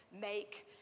make